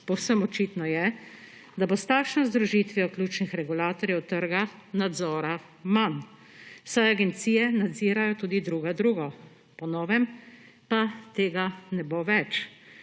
Povsem očitno je, da bo s takšno združitvijo ključnih regulatorjev trga nadzora manj, saj agencije nadzirajo tudi druga drugo, po novem pa tega ne bo več.